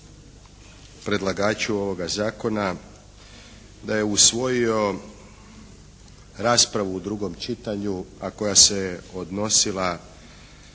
predlagaču ovoga Zakona da je usvojio raspravu u drugom čitanju, a koja se je odnosila